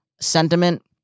sentiment